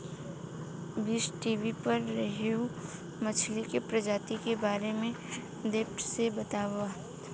बीज़टीवी पर रोहु मछली के प्रजाति के बारे में डेप्थ से बतावता